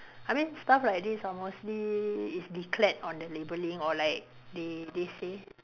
I mean stuff like this are mostly is declared on the labelling or like they they say